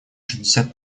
шестьдесят